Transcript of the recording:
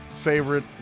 Favorite